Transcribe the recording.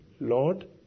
Lord